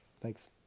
thanks